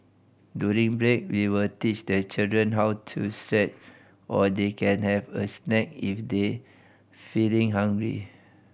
during break we will teach the children how to stretch or they can have a snack if they feeling hungry